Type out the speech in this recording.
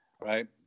right